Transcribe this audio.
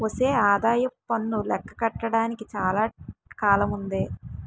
ఒసే ఆదాయప్పన్ను లెక్క కట్టడానికి చాలా కాలముందే